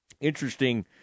interesting